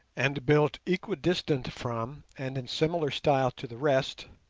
and built equidistant from and in similar style to the rest,